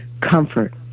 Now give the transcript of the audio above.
comfort